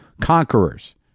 conquerors